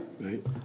Right